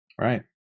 Right